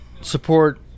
support